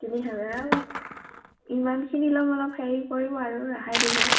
তিনি হেজাৰ ইমানখিনি ল'ম অলপ হেৰি কৰিব আৰু ৰেহাই দিব